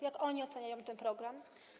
Jak oni oceniają ten program?